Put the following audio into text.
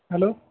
hello